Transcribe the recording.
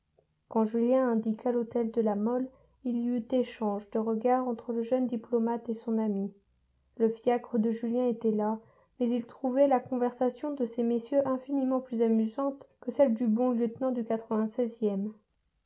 quand julien indiqua l'hôtel de la mole il y eut échange de regards entre le jeune diplomate et son ami le fiacre de julien était là mais il trouvait la conversation de ces messieurs infiniment plus amusante que celle du bon lieutenant du